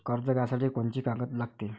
कर्ज घ्यासाठी कोनची कागद लागते?